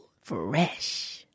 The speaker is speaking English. Fresh